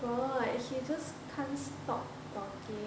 god he just cant stop talking